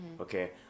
okay